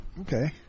Okay